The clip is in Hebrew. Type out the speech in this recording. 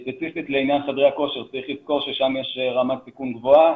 ספציפית לעניין חדרי הכושר צריך לזכור ששם יש רמת סיכון גבוהה,